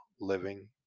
living